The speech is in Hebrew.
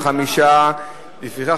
25. לפיכך,